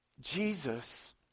Jesus